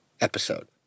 episode